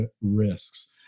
risks